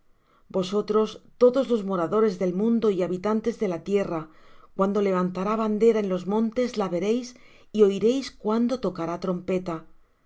vosotros todos los moradores del mundo y habitantes de la tierra cuando levantará bandera en los montes la veréis y oiréis cuando tocará trompeta